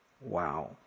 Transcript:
Wow